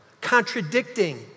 contradicting